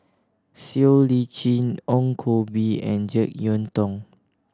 Siow Lee Chin Ong Koh Bee and Jek Yeun Thong